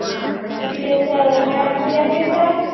हां तर तिथे क मला उद्यापर्यंत